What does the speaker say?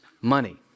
money